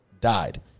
died